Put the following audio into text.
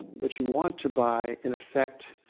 but you want to buy, in effect,